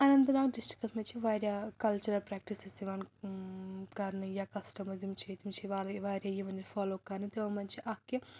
Anant Nag districts منٛز چھِ واریاہ کلچرل پرٛٮ۪کٹِسز یِوان کرنہٕ یا کسٹمٕز یِم چھِ تِم چھِ والہ واریاہ یِوان فالو کرنہٕ تِمن منٛز چھِ اکھ کہِ